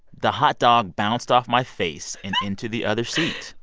the hot dog bounced off my face and into the other seat.